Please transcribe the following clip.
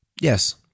Yes